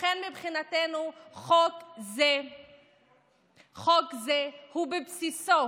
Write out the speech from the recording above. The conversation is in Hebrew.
לכן מבחינתנו חוק זה הוא בבסיסו